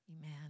Amen